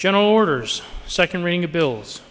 general orders second reading of bills